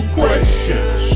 questions